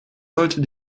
sollte